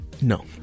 No